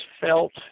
felt